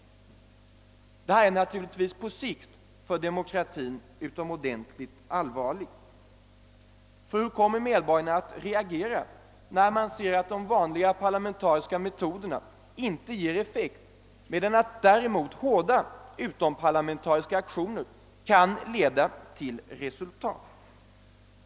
Det här är naturligtvis på sikt utomordentligt allvarligt för demokratin. Hur kommer medborgarna att reagera när de vanliga parlamentariska metoderna inte ger effekt, medan däremot hårda utomparlamentariska aktioner kan leda till resultat?